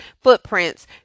footprints